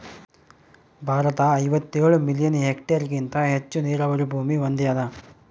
ಭಾರತ ಐವತ್ತೇಳು ಮಿಲಿಯನ್ ಹೆಕ್ಟೇರ್ಹೆಗಿಂತ ಹೆಚ್ಚು ನೀರಾವರಿ ಭೂಮಿ ಹೊಂದ್ಯಾದ